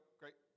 great